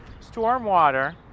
stormwater